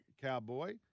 Cowboy